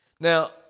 Now